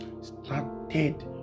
started